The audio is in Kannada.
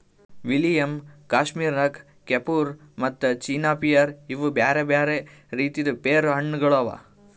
ವಿಲಿಯಮ್, ಕಶ್ಮೀರ್ ನಕ್, ಕೆಫುರ್ ಮತ್ತ ಚೀನಾ ಪಿಯರ್ ಇವು ಬ್ಯಾರೆ ಬ್ಯಾರೆ ರೀತಿದ್ ಪೇರು ಹಣ್ಣ ಗೊಳ್ ಅವಾ